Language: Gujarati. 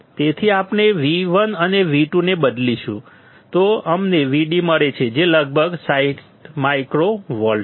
તેથી આપણે V1 અને V2 ને બદલીશું તો અમને Vd મળે છે જે લગભગ 60 માઇક્રોવોલ્ટ છે